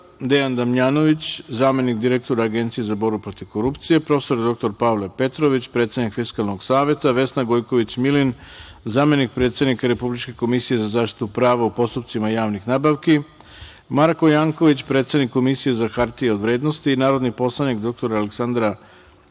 Dejan Damjanović, zamenik direktora Agencije za borbu protiv korupcije, prof. dr Pavle Petrović, predsednik Fiskalnog saveta, Vesna Gojković Milin, zamenik predsednika Republičke komisije za zaštitu prava u postupcima javnih nabavki, Marko Janković, predsednik Komisije za hartije od vrednosti i narodni poslanik dr Aleksandra